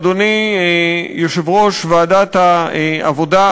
אדוני יושב-ראש ועדת העבודה,